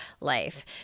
life